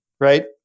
right